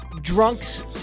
drunks